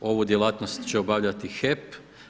ovu djelatnost će obavljati HEP.